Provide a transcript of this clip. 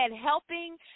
helping